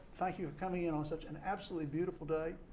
thank you for coming in on such an absolutely beautiful day.